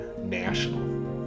national